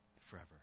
forever